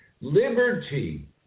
Liberty